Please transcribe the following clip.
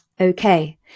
Okay